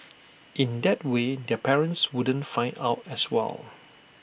in that way their parents wouldn't find out as well